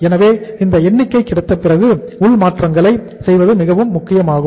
எனவே இந்த எண்ணிக்கை கிடைத்த பிறகு உள் மாற்றங்களை செய்வது மிகவும் முக்கியமாகும்